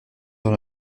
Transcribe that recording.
dans